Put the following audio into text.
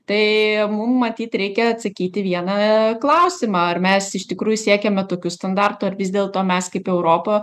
tai mum matyt reikia atsakyt į vieną klausimą ar mes iš tikrųjų siekiame tokių standartų ar vis dėlto mes kaip europa